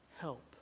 Help